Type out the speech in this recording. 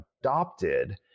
adopted